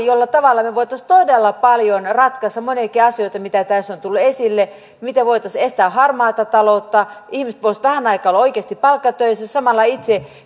jolla me voisimme todella paljon ratkaista moniakin asioita mitä tässä on tullut esille voisimme estää harmaata taloutta ihmiset voisivat vähän aikaa olla oikeasti palkkatöissä ja samalla itse